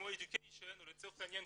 כמו Education, חינוך,